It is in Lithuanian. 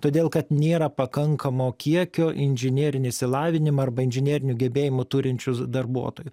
todėl kad nėra pakankamo kiekio inžinerinį išsilavinimą arba inžinerinių gebėjimų turinčių darbuotojų